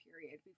period